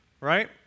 right